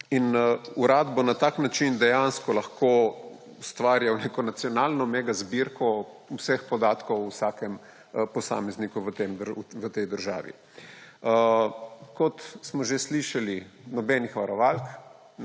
Urad bo na tak način dejansko lahko ustvarjal neko nacionalno megazbirko vseh podatkov o vsakem posamezniku v tej državi. Kot smo že slišali – nobenih varovalk.